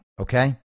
okay